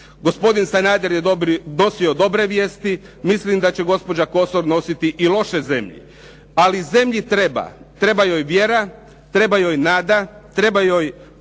Gospodin Sanader je nosio dobre vijesti, mislim da će gospođa Kosor nositi i loše zemlji. Ali zemlji treba, treba joj vjera, treba joj nada, treba joj